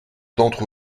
d’entre